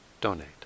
donate